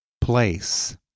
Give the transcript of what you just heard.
place